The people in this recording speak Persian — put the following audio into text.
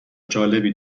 جالبی